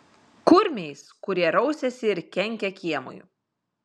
kurmiais kurie rausiasi ir kenkia kiemui